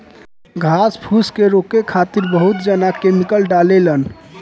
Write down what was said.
घास फूस के रोके खातिर बहुत जना केमिकल डालें लन